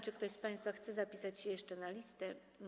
Czy ktoś z państwa chce wpisać się jeszcze na listę?